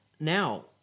Now